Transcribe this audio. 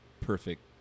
perfect